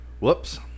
Whoops